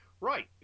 Right